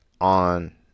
on